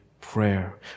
prayer